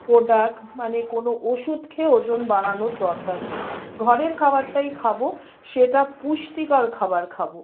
product মানে কোনও ওষুধ খেয়ে ওজন বাড়ানোর দরকার নেই ঘরের খাবারটাই খাবো সেটা পুষ্টিকর খাবার খাবো